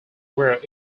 were